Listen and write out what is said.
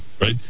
right